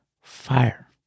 fire